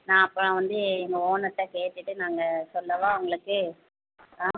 நான் அப்புறம் வந்து எங்கள் ஓனர்கிட்ட கேட்டுவிட்டு நாங்கள் சொல்லவா உங்களுக்கு ஆ